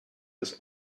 des